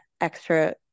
extra